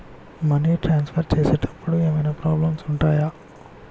Money transfer చేసేటప్పుడు ఏమైనా problems ఉంటయా?